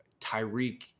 Tyreek